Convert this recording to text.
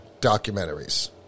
documentaries